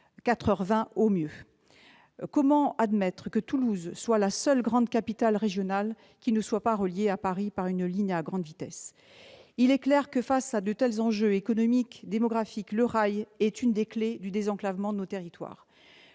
4 heures 20. Comment admettre que Toulouse soit la seule grande capitale régionale qui ne soit pas reliée à Paris par une ligne à grande vitesse ? Il est clair que, face à de tels enjeux économiques et démographiques, le rail est une des clés du désenclavement de nos territoires.